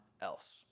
else